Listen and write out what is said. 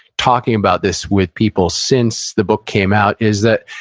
talking about this with people, since the book came out, is that,